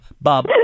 bob